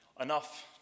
enough